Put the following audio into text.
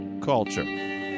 Culture